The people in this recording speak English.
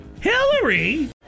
Hillary